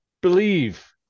Believe